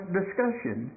discussion